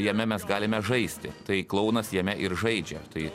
jame mes galime žaisti tai klounas jame ir žaidžia tai